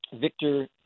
Victor